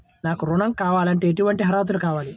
నాకు ఋణం కావాలంటే ఏటువంటి అర్హతలు కావాలి?